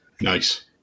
Nice